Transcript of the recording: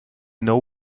know